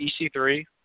EC3